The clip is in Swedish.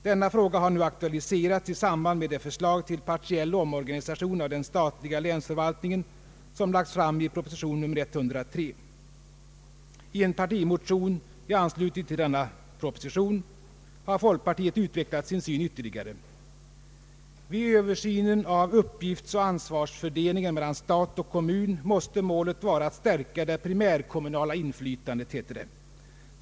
Denna fråga har nu aktualiserats i samband med det förslag till partiell omorganisation av den statliga länsförvaltningen som lagts fram i proposition 103. I en partimotion i anslutning till denna proposition har folkpartiet utvecklat sin syn ytterligare. Vid översynen av uppgiftsoch ansvarsfördelningen mellan stat och kommun måste målet vara att stärka det primärkommunala inflytandet, heter det.